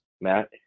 Matt